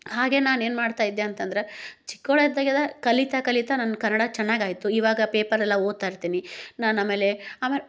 ಹಾಗೇ ನಾನು ಏನು ಮಾಡ್ತಾಯಿದ್ದೆ ಅಂತಂದರೆ ಚಿಕ್ಕವ್ಳಿದ್ದಗೆಲ್ಲ ಕಲಿತಾ ಕಲಿತಾ ನನ್ನ ಕನ್ನಡ ಚೆನ್ನಾಗಾಯಿತು ಇವಾಗ ಪೇಪರೆಲ್ಲಾ ಓದ್ತಾಯಿರ್ತೀನಿ ನಾನು ಆಮೇಲೆ ಆಮೇಲೆ